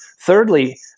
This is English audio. Thirdly